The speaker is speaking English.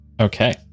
Okay